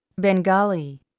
Bengali